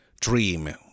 Dream